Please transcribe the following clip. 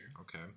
Okay